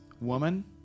woman